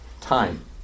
Time